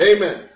Amen